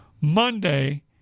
Monday